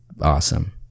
awesome